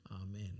Amen